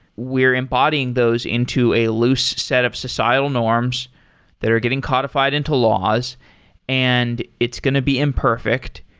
we are embodying those into a loose set of societal norms that are getting codified into laws and it's going to be imperfect.